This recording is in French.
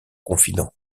confident